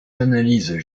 analyses